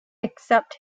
except